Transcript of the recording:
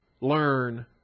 Learn